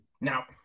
Now